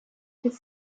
could